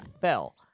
fell